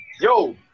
yo